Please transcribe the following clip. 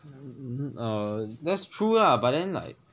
err that's true lah but then like